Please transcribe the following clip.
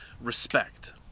respect